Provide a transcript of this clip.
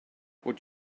would